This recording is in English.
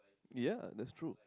ya that's true